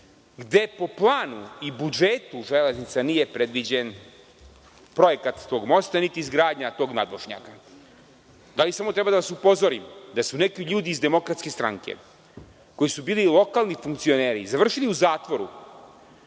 gde po planu i budžetu „Železnica“ nije predviđen projekat tog mosta, niti izgradnja tog nadvožnjaka. Da li samo treba da vas upozorim, da su neki ljudi iz DS, koji su bili lokalni funkcioneri, završili u zatvoru